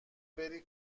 بری